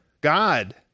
God